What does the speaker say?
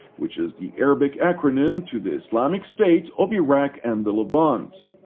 which is the arabic acronym to the islamic state of iraq and the levant.